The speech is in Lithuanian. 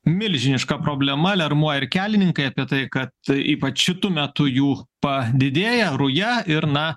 milžiniška problema aliarmuoja ir kelininkai apie tai kad ypač šitu metu jų padidėja ruja ir na